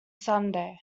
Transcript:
sunday